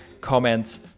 comments